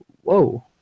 whoa